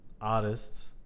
artists